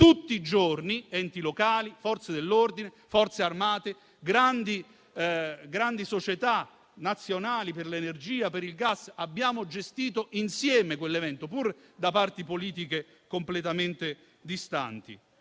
tutti i giorni, enti locali, Forze dell'ordine, Forze armate, grandi società nazionali per l'energia e per il gas; abbiamo gestito insieme quell'evento, pur da parti politiche completamente distanti.